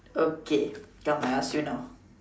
okay come I ask you now